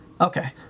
Okay